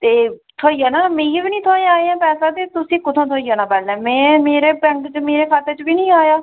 ते थ्होई जाना मिगी बी निं थ्होएआ अजें पैसा ते तुसें ई कुत्थै थ्होई जाना पैह्लें में मेरे बैंक च मेरे खाते च बी नेईं आया